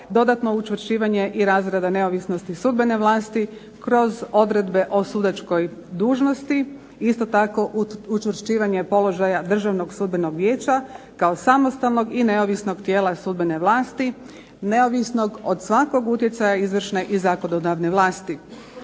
dodatno učvršćivanje i razrada neovisnosti sudbene vlasti kroz odredbe o sudačkoj dužnosti. Isto tako učvršćivanje položaja Državnog sudbenog vijeća kao samostalnog i neovisnog tijela sudbene vlasti, neovisnog od svakog utjecaja izvršne i zakonodavne vlasti.